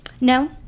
No